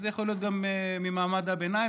וזה יכול להיות גם ממעמד הביניים,